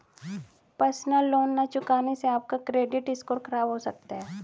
personal loan न चुकाने से आप का क्रेडिट स्कोर खराब हो सकता है